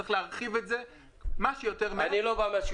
צריך להרחיב את זה כמה שיותר מהר.